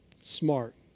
smart